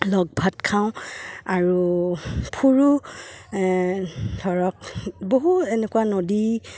লগ ভাত খাওঁ আৰু ফুৰোঁ ধৰক বহু এনেকুৱা নদী